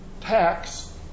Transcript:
tax